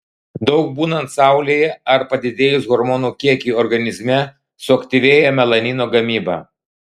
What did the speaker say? daug būnant saulėje ar padidėjus hormonų kiekiui organizme suaktyvėja melanino gamyba